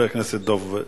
אדוני